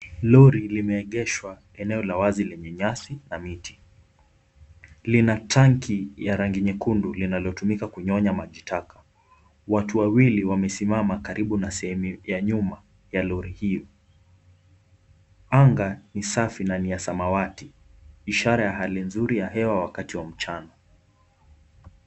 Lori limeegeshwa eneo la wazi lenye nyasi na miti, lina tanki ya rangi nyekundu linalotumika kunyonya maji taka, watu wawili wamesimama karibu na sehemu ya nyuma ya lori hilo, anga ni safi na ni la samawati, ishara ya hali nzuri ya hewa wakati wa mchana.